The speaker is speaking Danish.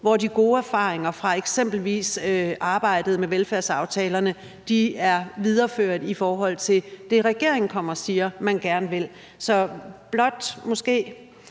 hvor de gode erfaringer fra eksempelvis arbejdet med velfærdsaftalerne er videreført i forhold til det, regeringen kommer og siger at den gerne vil. Så jeg vil måske